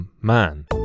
man